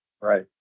Right